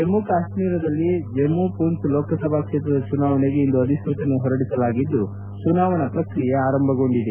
ಜಮ್ಮ ಕಾತ್ಮೀರದಲ್ಲಿ ಜಮ್ಮ ಪೂಂಚ್ ಲೋಕಸಭಾ ಕ್ಷೇತ್ರದ ಚುನಾವಣೆಗೆ ಇಂದು ಅಧಿಸೂಚನೆ ಹೊರಡಿಸಲಾಗಿದ್ದು ಚುನಾವಣಾ ಪ್ರಕ್ರಿಯೆ ಆರಂಭಗೊಂಡಿದೆ